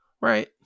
Right